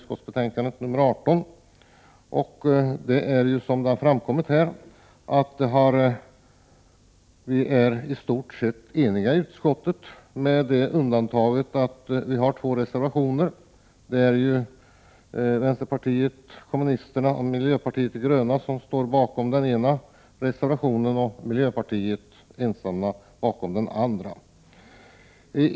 Som det har framkommit är vi i stort sett eniga i utskottet, med det undantaget att det finns två reservationer. Vänsterpartiet kommunisterna och miljöpartiet står bakom den ena reservationen och miljöpartiet ensamt bakom den andra.